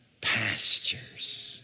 pastures